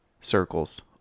circles